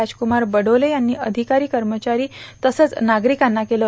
राजकूमार बडोले यांनी अधिकारी कर्मचारी तसंच नागरिकांना केलं